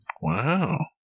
Wow